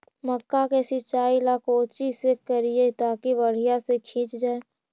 मक्का के सिंचाई ला कोची से करिए ताकी बढ़िया से सींच जाय?